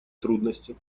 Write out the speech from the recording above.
трудности